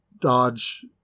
dodge